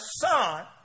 son